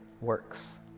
works